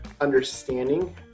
understanding